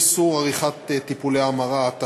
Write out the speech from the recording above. איסור מתן טיפול המרה לקטין),